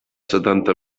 setanta